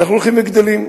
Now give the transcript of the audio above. אנחנו הולכים וגדלים.